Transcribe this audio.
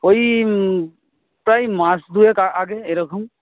ওই প্রায় মাস দুয়েক আগে এরকম